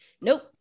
nope